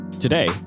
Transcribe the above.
Today